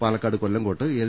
Palakkad Kollengode L